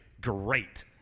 great